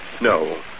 No